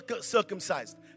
circumcised